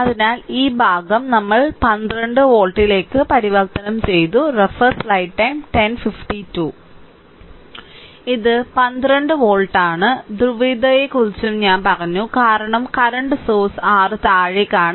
അതിനാൽ ഈ ഭാഗം ഞങ്ങൾ 12 വോൾട്ടിലേക്ക് പരിവർത്തനം ചെയ്തു ഇത് 12 വോൾട്ട് ആണ് ധ്രുവീയതയെക്കുറിച്ചും ഞാൻ പറഞ്ഞു കാരണം കറന്റ് സോഴ്സ് r താഴേക്കാണ്